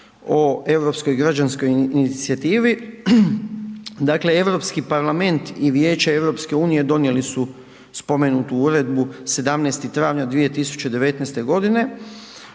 o Europskoj građanskoj inicijativi. Dakle Europski parlament i Vijeće EU donijeli su spomenutu uredbu 17. travnja 2019. godine.